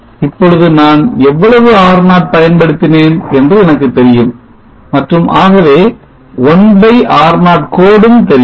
இப்பொழுது நான் எவ்வளவு R0 பயன்படுத்தினேன் என்று எனக்கு தெரியும் மற்றும் ஆகவே 1R0 கோடும் தெரியும்